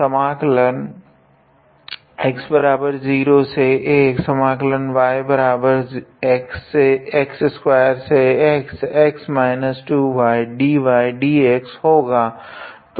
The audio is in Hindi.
तो यह होगा